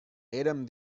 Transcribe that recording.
érem